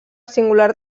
singular